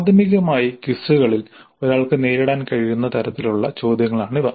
പ്രാഥമികമായി ക്വിസുകളിൽ ഒരാൾക്ക് നേരിടാൻ കഴിയുന്ന തരത്തിലുള്ള ചോദ്യങ്ങളാണിവ